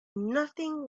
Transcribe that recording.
nothing